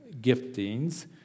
giftings